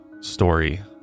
story